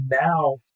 now